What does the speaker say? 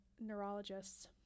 neurologists